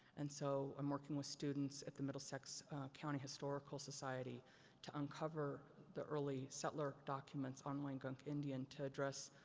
and so, i'm working with students at the middlesex county historical society to uncover the early settlor documents on wangunk indian to address,